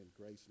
grace